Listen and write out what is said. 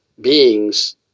Beings